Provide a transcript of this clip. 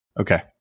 Okay